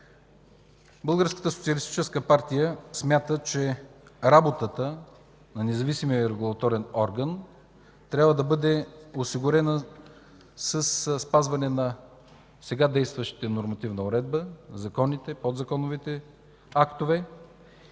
Българската социалистическа партия смята, че работата на независимия регулаторен орган трябва да бъде осигурена със спазване на сега действащата нормативна уредба. Законите, подзаконовите актове